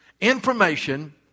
information